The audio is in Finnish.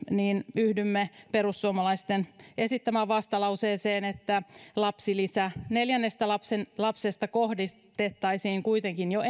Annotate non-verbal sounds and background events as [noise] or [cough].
yhdymme perussuomalaisten esittämään vastalauseeseen että lapsilisä neljännestä lapsesta kohdistettaisiin kuitenkin jo [unintelligible]